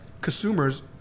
consumers